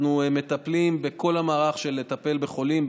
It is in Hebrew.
אנחנו מטפלים בכל המערך של לטפל בחולים,